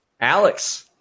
Alex